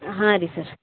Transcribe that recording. ಹಾಂ ರೀ ಸರ್